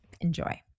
Enjoy